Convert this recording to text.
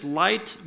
light